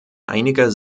einiger